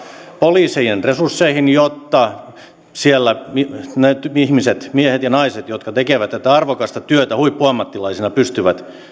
poliisien resursseihin jotta siellä ihmiset miehet ja naiset jotka tekevät tätä arvokasta työtä huippuammattilaisina pystyvät